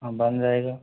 हाँ बन जायेगा